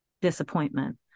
disappointment